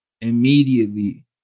Immediately